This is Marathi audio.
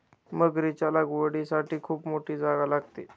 मगरीच्या लागवडीसाठी खूप मोठी जागा लागते